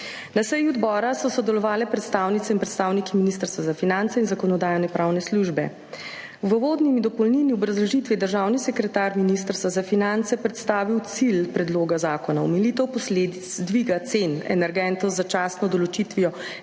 Na seji odbora so sodelovale predstavnice in predstavniki Ministrstva za finance in Zakonodajno-pravne službe. V uvodni dopolnilni obrazložitvi je državni sekretar Ministrstva za finance predstavil cilj predloga zakona: omilitev posledic dviga cen energentov z začasno določitvijo